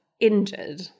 injured